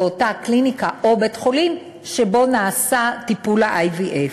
באותה קליניקה או בית-חולים שבו נעשה טיפול ה-IVF.